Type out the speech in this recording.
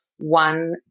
one